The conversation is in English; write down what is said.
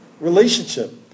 relationship